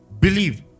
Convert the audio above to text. Believe